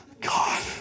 God